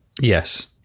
Yes